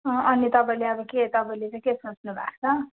अँ अनि तपाईँले अब के तपाईँले चै के सोच्नु भएको छ